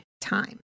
time